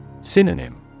Synonym